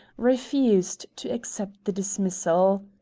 refused to accept the dismissal.